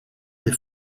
les